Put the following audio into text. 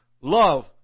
love